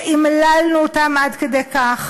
שאמללנו אותם עד כדי כך,